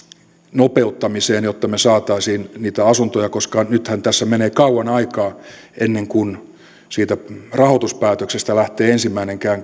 nopeuttamiseen jotta me saisimme niitä asuntoja koska nythän tässä menee kauan aikaa ennen kuin siitä rahoituspäätöksestä lähtee ensimmäinen